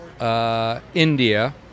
India